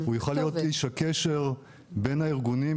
יוכל להיות איש הקשר בין הארגונים,